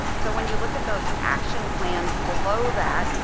so when you look at those action plans below that,